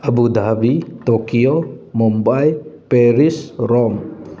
Abu Dhabi Tokyo Mumbai Paris Rome